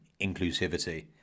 inclusivity